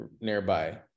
nearby